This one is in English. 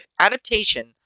adaptation